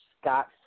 Scott